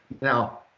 Now